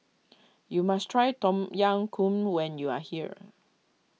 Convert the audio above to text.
you must try Tom Yam Goong when you are here